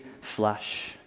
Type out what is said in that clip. flesh